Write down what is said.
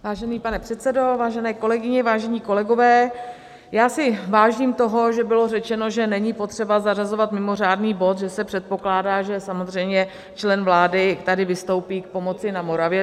Vážený pane předsedo, vážené kolegyně, vážení kolegové, já si vážím toho, že bylo řečeno, že není potřeba zařazovat mimořádný bod, že se předpokládá, že samozřejmě člen vlády tady vystoupí k pomoci na Moravě.